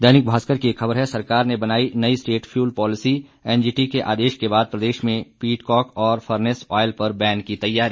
दैनिक भास्कर की एक ख़बर है सरकार ने बनाई नई स्टेट फ्यूल पॉलिसी एनजीटी के आदेश के बाद प्रदेश में पीट कोक और फरनेस ऑयल पर बैन की तैयारी